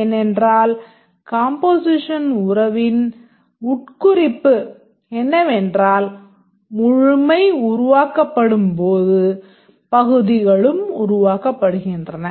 ஏனென்றால் காம்போசிஷன் உறவின் உட்குறிப்பு என்னவென்றால் முழுமை உருவாக்கப்படும்போது பகுதிகளும் உருவாக்கப்படுகின்றன